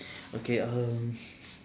okay uh